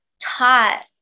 taught